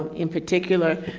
in particular,